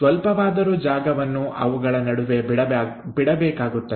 ಸ್ವಲ್ಪವಾದರೂ ಜಾಗವನ್ನು ಅವುಗಳ ನಡುವೆ ಬಿಡಬೇಕಾಗುತ್ತದೆ